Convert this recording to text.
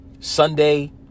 Sunday